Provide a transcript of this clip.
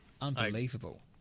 Unbelievable